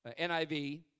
NIV